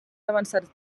avançats